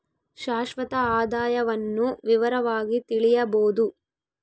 ಶಾಶ್ವತ ಆದಾಯವನ್ನು ವಿವರವಾಗಿ ತಿಳಿಯಬೊದು